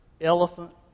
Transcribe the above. elephant